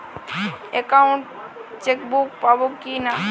Account chequebook পাবো কি না?